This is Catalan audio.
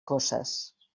coces